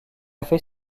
fait